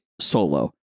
solo